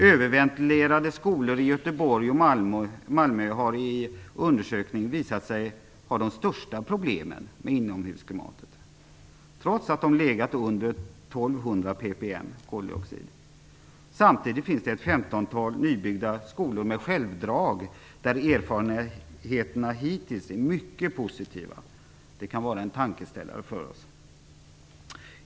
Överventilerade skolor i Göteborg och Malmö har vid en undersökning visat sig ha de största problemen med inomhusklimatet. Trots att värdena där har legat under 1 200 ppm koldioxid. Samtidigt finns det ett 15-tal nybyggda skolor med självdrag, där erfarenheterna hittills är mycket positiva. Det kan vara en tankeställare för oss.